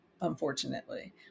unfortunately